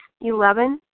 Eleven